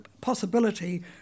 possibility